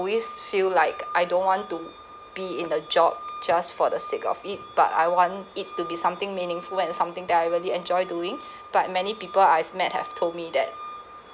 always like I don't want to be in the job just for the sake of it but I want it to be something meaningful and something that I really enjoy doing but many people I've met have told me that